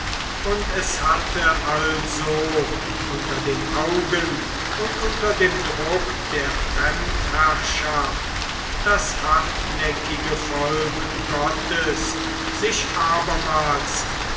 und es hatte also unter den augen und unter dem druck der fremdherrschaft das hartnäckige volk gottes sich abermals